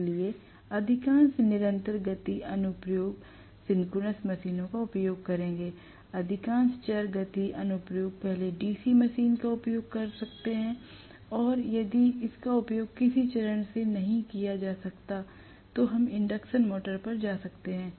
इसलिए अधिकांश निरंतर गति अनुप्रयोग सिंक्रोनस मशीन का उपयोग करेंगे अधिकांश चर गति अनुप्रयोग पहले डीसी मोटर्स का उपयोग कर सकते हैं और यदि इसका उपयोग किसी कारण से नहीं किया जा सकता है तो हम इंडक्शन मोटर्स पर जा सकते हैं